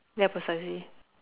ya precisely